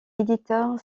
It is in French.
éditeur